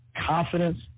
confidence